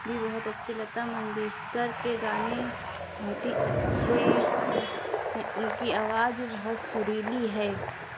بھی بہت اچھے لتا منگیشکر کے گانے بہت ہی اچھے ہیں ان کی آواز بھی بہت سریلی ہے